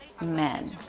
men